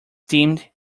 dimmed